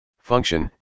Function